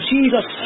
Jesus